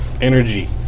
energy